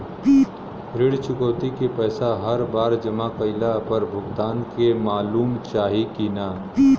ऋण चुकौती के पैसा हर बार जमा कईला पर भुगतान के मालूम चाही की ना?